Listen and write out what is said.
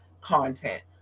content